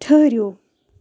ٹھٔہرِو